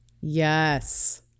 yes